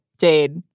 jade